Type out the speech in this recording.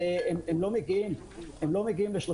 הם לא מגיעים ל-35%,